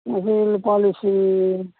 ꯃꯁꯦ ꯂꯨꯄꯥ ꯂꯤꯁꯤꯡ